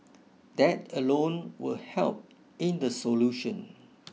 that alone will help in the solution